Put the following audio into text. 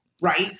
Right